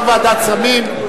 גם ועדת סמים.